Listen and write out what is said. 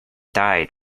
died